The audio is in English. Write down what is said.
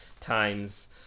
times